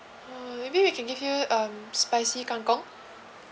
uh maybe we can give you um spicy kangkong